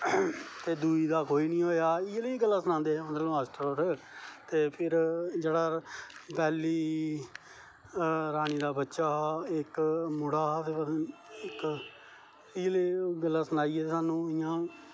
ते दूई दा कोई नी होया ते इयै जेही गल्लां सनांदे हे मतलव माश्टर होर ते फिर जेह्ड़ा पैह्ली रानीं दा बच्चा हा इक मुड़ा हा ते इयै जेही गल्लां सनाइयै ते स्हानू